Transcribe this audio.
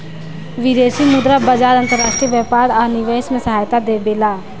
विदेशी मुद्रा बाजार अंतर्राष्ट्रीय व्यापार आ निवेश में सहायता देबेला